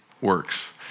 works